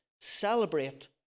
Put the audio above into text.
celebrate